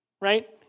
right